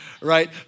right